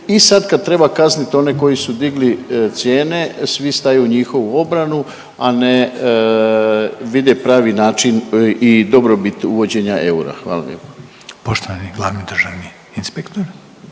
I sad kad treba kazniti one koji su digli cijene, svi staju u njihovu obranu, a ne vide pravi način i dobrobit uvođenja eura. Hvala lijepo. **Reiner, Željko (HDZ)** Poštovani glavni državni inspektor.